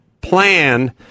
plan